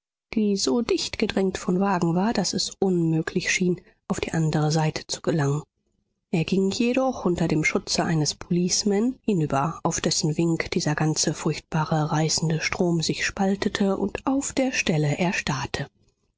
die so dichtgedrängt von wagen war daß es unmöglich schien auf die andere seite zu gelangen er ging jedoch unter dem schutze eines policeman hinüber auf dessen wink dieser ganze furchtbar reißende strom sich spaltete und auf der stelle erstarrte